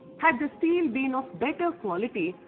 had the steel been of better quality,